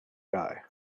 guy